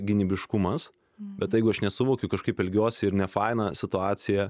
gynybiškumas bet jeigu aš nesuvokiu kažkaip elgiuosi ir nefaina situaciją